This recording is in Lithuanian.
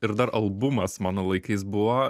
ir dar albumas mano laikais buvo